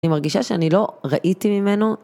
אני מרגישה שאני לא ראיתי ממנו.